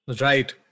Right